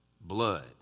Blood